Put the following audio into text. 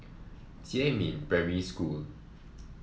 Jiemin Primary School